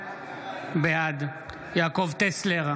בעד יעקב טסלר,